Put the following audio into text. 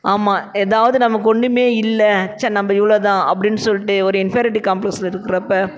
ஆமாம் ஏதாவது நமக்கு ஒன்றுமே இல்லை ச்சே நம்ம இவ்வளோ தான் அப்படின் சொல்லிட்டு ஒரு இன்ஃப்ரரெக்டிவ் காம்ப்ளெக்ஸில் இருக்கிறப்ப